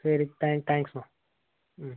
சரி தாங் தேங்ஸ்மா ம்